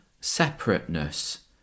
separateness